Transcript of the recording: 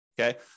Okay